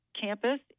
campus